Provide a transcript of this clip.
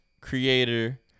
creator